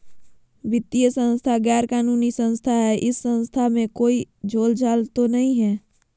वित्तीय संस्था गैर कानूनी संस्था है इस संस्था में कोई झोलझाल तो नहीं है?